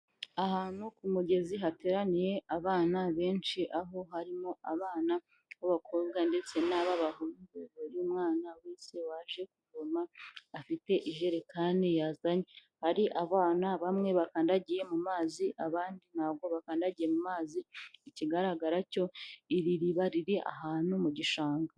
Ahantu ku mugezi hateraniye abana benshi, aho harimo abana b'abakobwa ndetse n'ab'abahungu, buri mwana wese waje kuvoma afite ijerekani yazanye. Hari abana bamwe bakandagiye mu mazi, abandi ntabwo bakandagiye mu mazi, ikigaragara cyo iri riba riri ahantu mu gishanga.